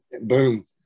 boom